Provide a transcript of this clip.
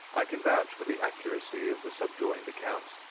i can vouch for the accuracy of the subjoined account,